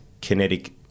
kinetic